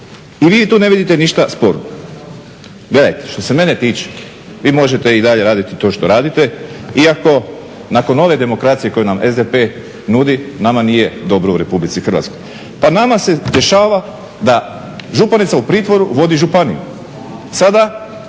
I vi tu ne vidite ništa sporno. Gledajte, što se mene tiče vi možete i dalje raditi to što radite, iako nakon ove demokracije koju nam SDP nudi nama nije dobro u RH. Pa nama se dešava da županica u pritvoru vodi županiju.